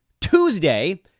Tuesday